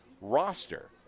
roster